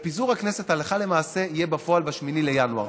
ופיזור הכנסת הלכה למעשה, בפועל, יהיה ב-8 בינואר.